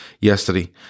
yesterday